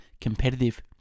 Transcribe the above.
competitive